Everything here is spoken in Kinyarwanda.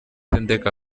ndeka